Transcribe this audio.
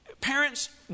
Parents